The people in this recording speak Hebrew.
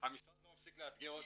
המשרד לא מפסיק לאתגר אותנו.